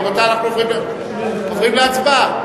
רבותי, אנחנו עוברים להצבעה.